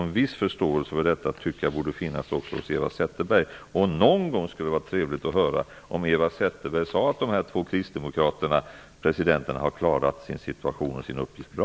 En viss förståelse för detta tycker jag borde finnas också hos Eva Zetterberg. Det skulle vara trevligt att höra Eva Zetterberg någon gång säga om dessa två kristdemokratiska presidenter att de har klarat situationen och sin uppgift bra.